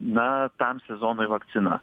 na tam sezonui vakcina